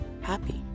happy